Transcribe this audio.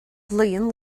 líon